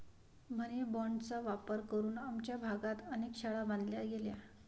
मनी बाँडचा वापर करून आमच्या भागात अनेक शाळा बांधल्या गेल्या